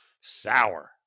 sour